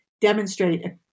demonstrate